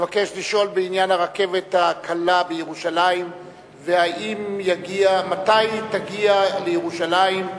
המבקש לשאול בעניין הרכבת הקלה בירושלים ומתי תגיע לירושלים,